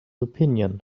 opinion